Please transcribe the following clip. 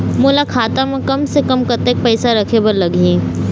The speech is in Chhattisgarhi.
मोला खाता म कम से कम कतेक पैसा रखे बर लगही?